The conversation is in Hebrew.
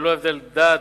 ללא הבדל דת,